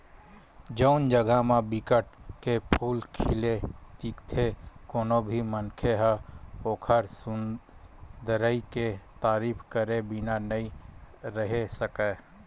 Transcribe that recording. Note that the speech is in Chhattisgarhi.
जउन जघा म बिकट के फूल खिले दिखथे कोनो भी मनखे ह ओखर सुंदरई के तारीफ करे बिना नइ रहें सकय